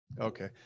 okay